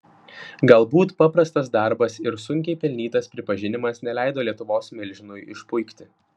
galbūt paprastas darbas ir sunkiai pelnytas pripažinimas neleido lietuvos milžinui išpuikti